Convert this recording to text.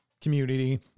community